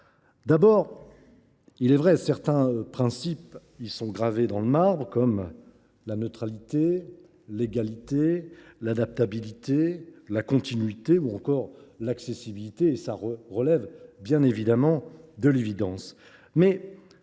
Il est vrai que certains principes y sont gravés dans le marbre, comme la neutralité, l’égalité, l’adaptabilité, la continuité ou encore l’accessibilité. Cela relève bien évidemment de l’évidence.